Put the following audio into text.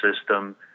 system